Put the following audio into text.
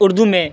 اردو میں